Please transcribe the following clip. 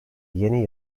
yeni